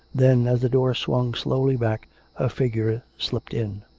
then as the door swung slowly back a figure slipped in.